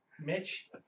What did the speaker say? Mitch